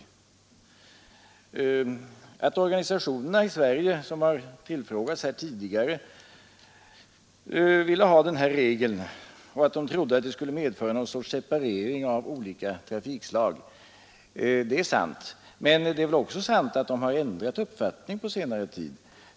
Det är sant att organisationerna i Sverige, som har tillfrågats tidigare, vill ha den här regeln och att de trodde att den skulle medföra någon sorts separering av olika trafikslag, men det är väl också sant att de har ändrat uppfattning på senare tid.